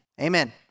amen